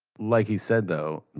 like he said, though,